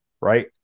right